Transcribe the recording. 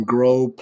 Grow